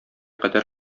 кадәр